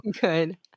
Good